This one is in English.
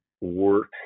work